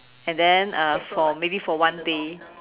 and then uh for maybe for one day